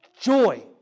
joy